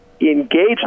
engage